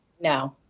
no